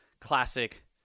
classic